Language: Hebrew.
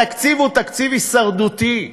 התקציב הוא תקציב הישרדותי,